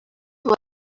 what